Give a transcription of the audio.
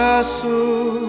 Castle